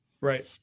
Right